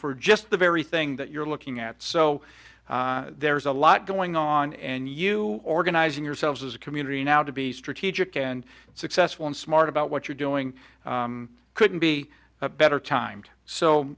for just the very thing that you're looking at so there's a lot going on and you organizing yourselves as a community now to be strategic and successful and smart about what you're doing couldn't be a better time